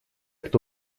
кто